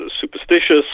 superstitious